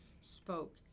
spoke